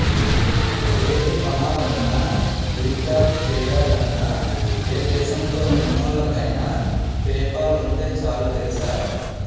ఏది కొనాలన్నా, రీచార్జి చెయ్యాలన్నా, ఏ దేశంలో ఉన్నోళ్ళకైన పేపాల్ ఉంటే చాలు తెలుసా?